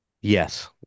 Yes